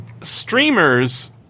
streamers